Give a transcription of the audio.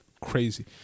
crazy